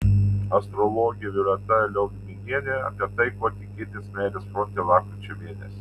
astrologė violeta liaugminienė apie tai ko tikėtis meilės fronte lapkričio mėnesį